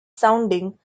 sounding